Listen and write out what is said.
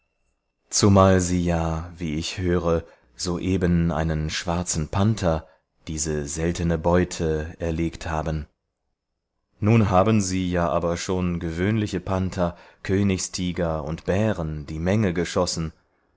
zumal sie ja wie ich höre soeben einen schwarzen panther diese seltene beute erlegt haben nun haben sie ja aber schon gewöhnliche panther königstiger und bären die menge geschossen